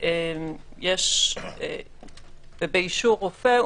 ובאישור רופא,